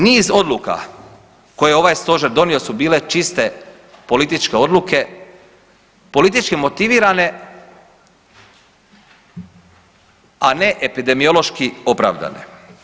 Niz odluka koje je ovaj Stožer donio su bile čiste političke odluke, politički motivirane, a ne epidemiološki opravdane.